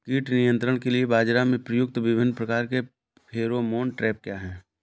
कीट नियंत्रण के लिए बाजरा में प्रयुक्त विभिन्न प्रकार के फेरोमोन ट्रैप क्या है?